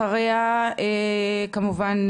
אחריה כמובן,